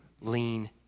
lean